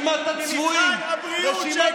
הצעת החוק שלי מועתקת ממשרד הבריאות.